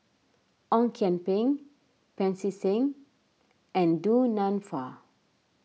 Ong Kian Peng Pancy Seng and Du Nanfa